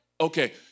Okay